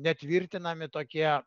netvirtinami tokie